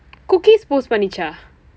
cookies post post பண்ணுச்சா:pannuchsa